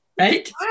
right